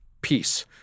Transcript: peace